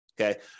okay